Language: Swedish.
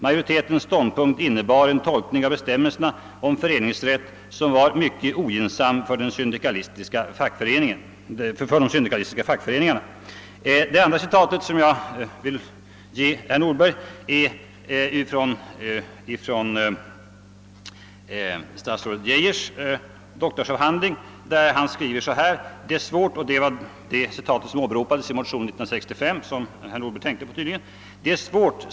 Majoritetens ståndpunkt innebar en tolkning av bestämmelserna om föreningsrätt som var mycket ogynnsam för de syndikalistiska fackföreningarna.» Det andra citatet är från Lennart Geijers doktorsavhandling — det var det citatet som åberopades i en motion 1965, som herr Nordberg tydligen tänkte på.